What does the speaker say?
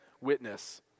witness